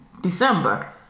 December